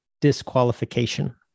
disqualification